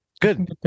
Good